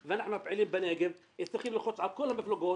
והפעילים בנגב צריכים ללחוץ על כל המפלגות.